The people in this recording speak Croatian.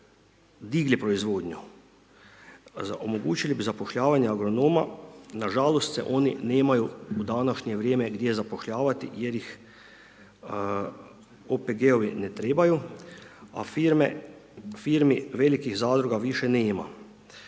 digli proizvodnju, omogućili bi zapošljavanje agronoma nažalost se oni nemaju u današnje vrijeme gdje zapošljavati jer ih OPG-ovi ne trebaju a firme, firmi velikih zadruga više nema.